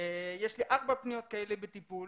יש לי ארבע פניות כאלה בטיפול.